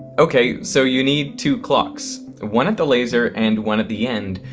okay, so you need two clocks, one at the laser and one at the end,